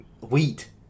wheat